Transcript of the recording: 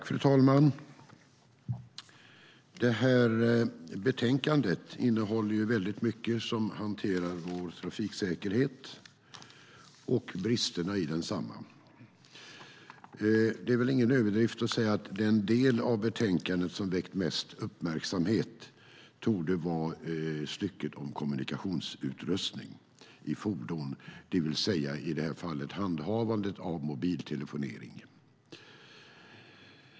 Fru talman! Detta betänkande innehåller väldigt mycket som hanterar vår trafiksäkerhet och bristerna i densamma. Det är väl ingen överdrift att säga att den del av betänkandet som väckt mest uppmärksamhet torde vara stycket om kommunikationsutrustning i fordon, det vill säga i detta fall handhavandet av mobiltelefon.